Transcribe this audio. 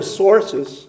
sources